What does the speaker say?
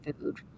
food